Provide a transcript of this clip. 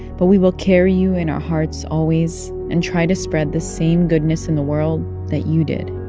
but we will carry you in our hearts always and try to spread the same goodness in the world that you did.